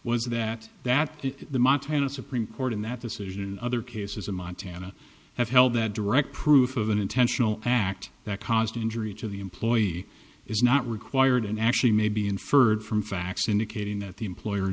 was that that the montana supreme court in that decision in other cases in montana have held that direct proof of an intentional act that caused injury to the employee is not required and actually may be inferred from facts indicating that the employer